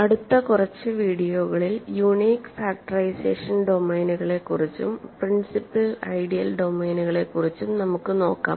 അടുത്ത കുറച്ച് വീഡിയോകളിൽ യൂണീക് ഫാക്ടറൈസേഷൻ ഡൊമെയ്നുകളെക്കുറിച്ചും പ്രിൻസിപ്പിൾ ഐഡിയൽ ഡൊമെയ്നുകളെക്കുറിച്ചും നമുക്ക് നോക്കാം